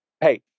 hey